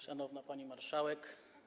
Szanowna Pani Marszałek!